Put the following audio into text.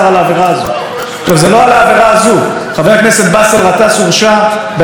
חבר הכנסת באסל גטאס הורשע במרמה ובהפרת אמונים ובמתן אמצעים